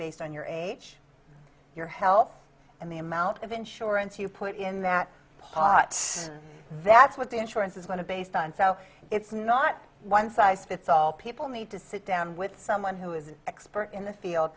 based on your age your health and the amount of insurance you put in that pot that's what the insurance is going to based on so it's not one size fits all people need to sit down with someone who is an expert in the field